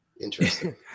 Interesting